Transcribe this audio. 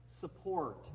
support